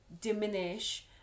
diminish